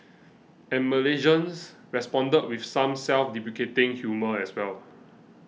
and Malaysians responded with some self deprecating humour as well